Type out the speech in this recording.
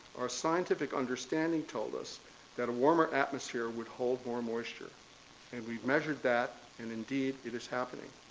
our scientific understanding told us that a warmer atmosphere would hold more moisture and we measured that and, indeed, it is happening.